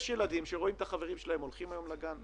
יש ילדים שרואים חלק מהחברים שלהם הולכים היום לגן,